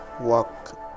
walk